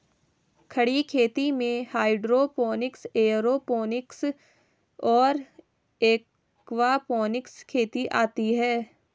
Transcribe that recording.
खड़ी खेती में हाइड्रोपोनिक्स, एयरोपोनिक्स और एक्वापोनिक्स खेती आती हैं